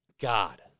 God